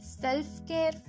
self-care